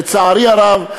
לצערי הרב,